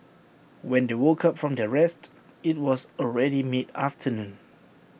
when they woke up from their rest IT was already mid afternoon